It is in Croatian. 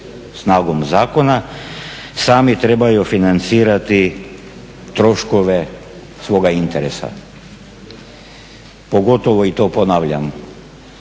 snagom zakona sami trebaju financirati troškove svoga interesa. Pogotovo, i to ponavljam,